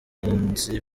ubutunzi